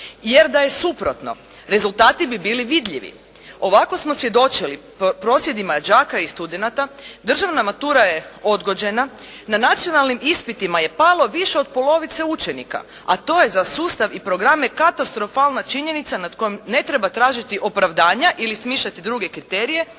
Jer da je suprotno rezultati bi bili vidljivi. Ovako smo svjedočili prosvjedima đaka i studenata, državna matura je odgođena, na nacionalnim ispitima je palo više od polovice učenika, a to je za sustave i programe katastrofalna činjenica nad kojom ne treba tražiti opravdana ili smišljati druge kriterije